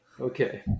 Okay